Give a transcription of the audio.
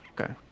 Okay